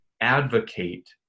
advocate